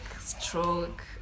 stroke